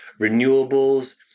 renewables